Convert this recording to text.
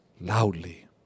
loudly